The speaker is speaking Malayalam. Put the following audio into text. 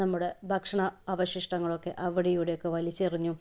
നമ്മുടെ ഭക്ഷണ അവശിഷ്ടങ്ങളൊക്കെ അവിടെയും ഇവിടെയും ഒക്കെ വലിച്ചെറിഞ്ഞും